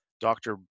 Dr